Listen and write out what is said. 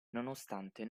nonostante